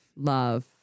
love